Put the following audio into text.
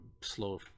slow